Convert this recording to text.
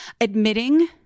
admitting